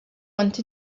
want